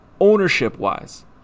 ownership-wise